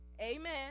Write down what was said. Amen